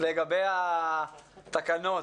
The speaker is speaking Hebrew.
לגבי התקנות